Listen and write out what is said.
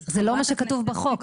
זה לא מה שכתוב בחוק.